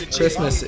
Christmas